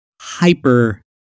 hyper